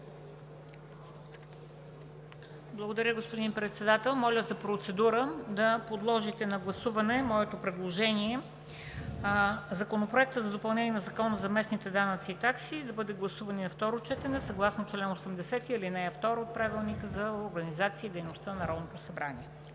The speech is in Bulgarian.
Благодаря, господин Председател. Моля за процедура – да подложите на гласуване моето предложение Законопроектът за допълнение на Закона за местните данъци и такси да бъде гласуван и на второ четене съгласно чл. 80, ал. 2 от Правилника за организацията и дейността на Народното събрание.